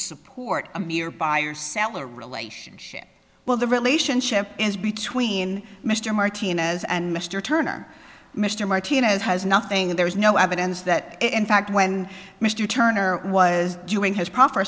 support a mere buyer seller relationship well the relationship is between mr martinez and mr turner mr martinez has nothing there's no evidence that in fact when mr turner was doing